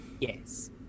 yes